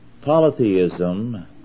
Polytheism